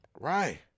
Right